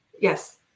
yes